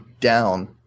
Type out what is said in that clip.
down